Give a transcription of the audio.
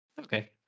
Okay